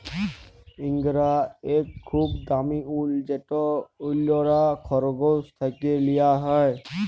ইঙ্গরা ইক খুব দামি উল যেট অল্যরা খরগোশ থ্যাকে লিয়া হ্যয়